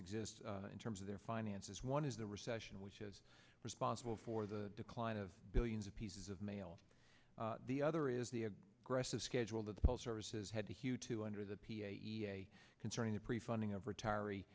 exist in terms of their finances one is the recession which is responsible for the decline of billions of pieces of mail the other is the grass is scheduled at the post services had to hew to under the p e a concerning the prefunding of retiree